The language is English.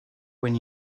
when